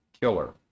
killer